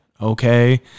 Okay